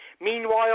Meanwhile